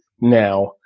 now